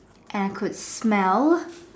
and I could smell